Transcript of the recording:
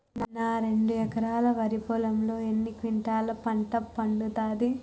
నా రెండు ఎకరాల వరి పొలంలో ఎన్ని క్వింటాలా పంట పండుతది?